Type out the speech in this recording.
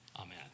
Amen